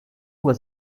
was